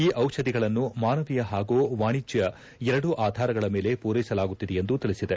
ಈ ದಿಷಧಿಗಳನ್ನು ಮಾನವೀಯ ಹಾಗೂ ವಾಣಿಜ್ಯ ಎರಡೂ ಆಧಾರಗಳ ಮೇಲೆ ಪೂರೈಸಲಾಗುತ್ತಿದೆ ಎಂದು ತಿಳಿಸಿದೆ